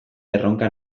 erronka